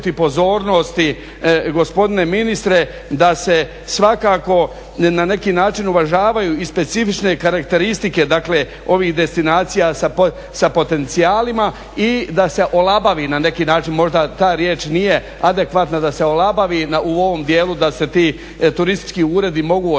pozornosti gospodine ministre da se svakako na neki način uvažavaju i specifične karakteristike ovih destinacija sa potencijalima i da se olabavi možda na neki način, možda ta riječ nije adekvatna, da se olabavi u ovom dijelu da se ti turistički uredi mogu osnivati